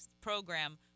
program